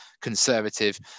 conservative